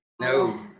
No